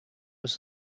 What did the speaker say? was